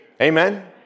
Amen